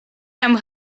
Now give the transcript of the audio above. jam